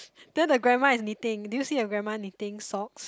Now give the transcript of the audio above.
then the grandma is knitting do you see a grandma knitting sock